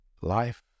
Life